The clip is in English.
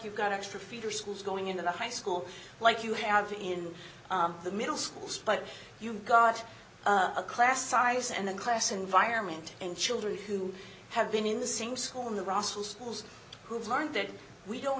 you've got extra feeder schools going into the high school like you have in the middle schools but you've got a class size and the class environment and children who have been in the same school in the russell schools who've learned that we don't